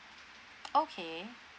okay